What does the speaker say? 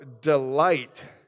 delight